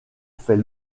fait